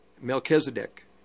Melchizedek